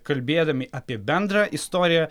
kalbėdami apie bendrą istoriją